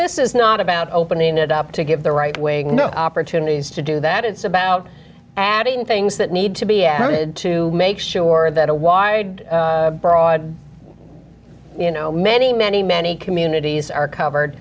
this is not about opening it up to give the right wing no opportunities to do that it's about adding things that need to be added to make sure that a wide broad you know many many many community these are covered